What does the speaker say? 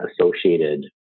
associated